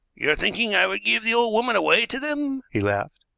you're thinking i would give the old woman away to them? he laughed.